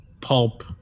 pulp